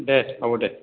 দে হ'ব দে